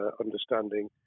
understanding